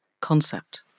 concept